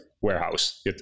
warehouse